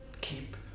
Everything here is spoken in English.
keep